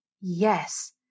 Yes